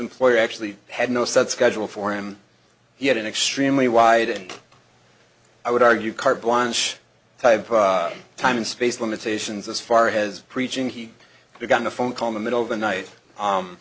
employer actually had no set schedule for him he had an extremely wide and i would argue carte blanche type of time and space limitations as far as preaching he got a phone call in the middle of the night